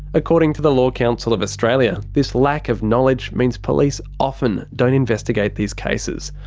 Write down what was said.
according to the law council of australia, this lack of knowledge means police often don't investigate these cases.